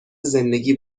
زندگی